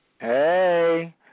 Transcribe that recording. Hey